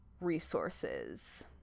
resources